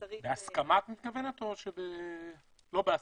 שצריך --- בהסכמה, את מתכוונת, או לא בהסכמה?